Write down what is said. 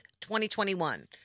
2021